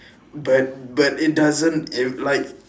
but but it doesn't it like